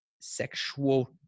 sexual